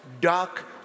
dark